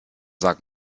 sagt